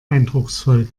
eindrucksvoll